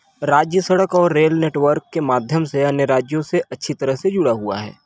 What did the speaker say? राज्य सड़क और रेल नेटवर्क के माध्यम से अन्य राज्यों से अच्छी तरह से जुड़ा हुआ है